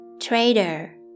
Trader